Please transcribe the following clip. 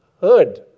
heard